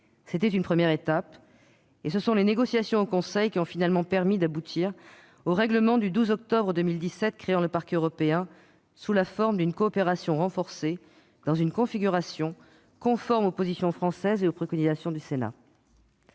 C'était une première étape. Les négociations au sein du Conseil ont finalement permis d'aboutir au règlement du 12 octobre 2017 créant le Parquet européen sous la forme d'une coopération renforcée, dans une configuration conforme aux positions françaises et aux préconisations du Sénat.